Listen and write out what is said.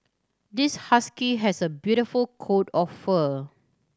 this husky has a beautiful coat of fur